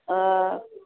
ಆ